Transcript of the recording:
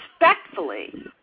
respectfully